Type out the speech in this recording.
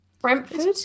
Brentford